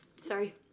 sorry